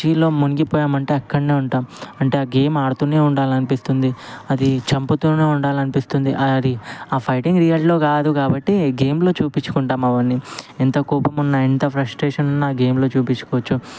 పబ్జీలో మునిగిపోయినామంటే అక్కడనే ఉంటాం అంటే గేమ్ ఆడుతూనే ఉండాలనిపిస్తుంది అది చంపుతూనే ఉండాలనిపిస్తుంది ఆడి ఆ ఫైటింగ్ రియల్లో కాదు కాబట్టి గేమ్లో చూపిచ్చుకుంటాం అవన్నీ ఎంత కోపమున్నా ఎంత ఫ్రెష్ట్రేషన్ ఉన్నా గేమ్లో చూపిచ్చుకోచ్చు